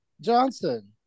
Johnson